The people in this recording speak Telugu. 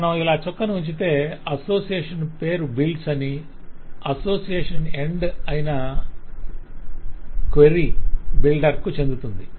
మనం ఇలా చుక్కను ఉంచితే అసోసియేషన్ పేరు బిల్డ్స్ అని అసోసియేషన్ ఎండ్ అయిన క్వెరీ క్వెరీ బిల్డర్ కు చెందుతుంది